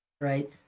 Right